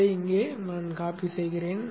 அதை இங்கே ஒட்டவும்